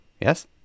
Yes